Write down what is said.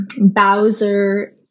Bowser